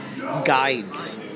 guides